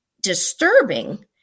disturbing